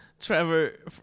Trevor